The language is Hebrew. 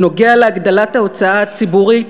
בנוגע להגדלת ההוצאה הציבורית,